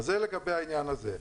זה לגבי העניין הזה.